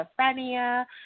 schizophrenia